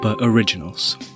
Originals